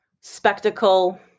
spectacle